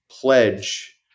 pledge